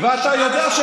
נשבע לך,